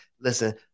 Listen